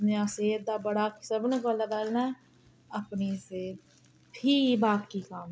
अपनी सैह्त दा बड़ा सभनें कोला पैह्लें अपनी सेह्त फ्ही बाकी कम्म